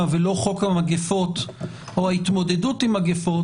ולא חוק המגיפות או ההתמודדות עם מגיפות,